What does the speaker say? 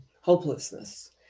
hopelessness